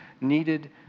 needed